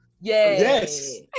Yes